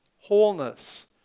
Wholeness